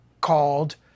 called